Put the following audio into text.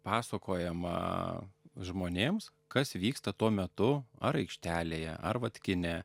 pasakojama žmonėms kas vyksta tuo metu ar aikštelėje ar vat kine